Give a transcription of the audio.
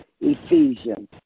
Ephesians